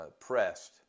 pressed